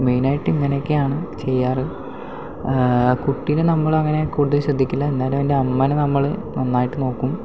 മെയിനായിട്ട് ഇങ്ങനെയൊക്കെയാണ് ചെയ്യാറ് കുട്ടീനെ നമ്മളങ്ങനെ കൂടുതൽ ശ്രദ്ധിക്കില്ല എന്നാലും അതിൻ്റെ അമ്മേനെ നമ്മള് നന്നായിട്ട് നോക്കും